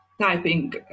Typing